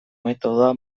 metodoa